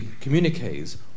communiques